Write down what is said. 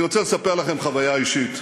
אני רוצה לספר לכם חוויה אישית.